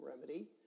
remedy